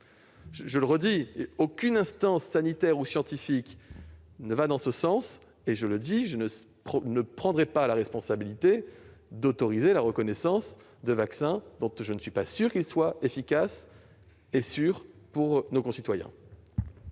Je le redis, aucune instance sanitaire ou scientifique ne va dans ce sens, et je ne prendrai pas la responsabilité d'autoriser la reconnaissance de vaccins dont je ne suis pas certain de la sécurité et de l'efficacité pour nos concitoyens.